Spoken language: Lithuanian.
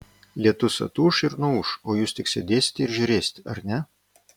lietus atūš ir nuūš o jūs tik sėdėsite ir žiūrėsite ar ne